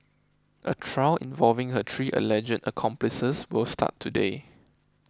a trial involving her three alleged accomplices will start today